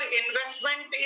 investment